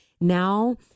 now